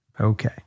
Okay